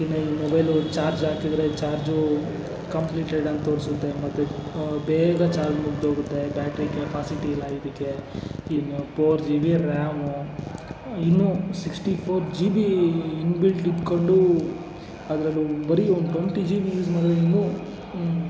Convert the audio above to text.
ಇನ್ನ ಈ mobile charge ಹಾಕಿದರೆ ಚಾರ್ಜು ಕಂಪ್ಲೀಟೆಡ್ ಅಂತ ತೋರಿಸುತ್ತೆ ಮತ್ತೆ ಬೇಗ ಚಾರ್ಜ್ ಮುಗಿದೋಗುತ್ತೆ ಬ್ಯಾಟ್ರಿ ಕೆಪಾಸಿಟಿ ಇಲ್ಲ ಇದಕ್ಕೆ ಇನ್ನು ಪೋರ್ ಜಿ ಬಿ ರ್ಯಾಮು ಇನ್ನು sixty four G B inbuilt ಇಟ್ಕೊಂಡು ಅದ್ರಲ್ಲಿ ಬರೀ ಒಂದು ಟ್ವೆಂಟಿ ಜಿ ಬಿ ಯೂಸ್ ಮಾಡಿದ್ರೂ